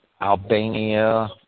Albania